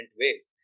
ways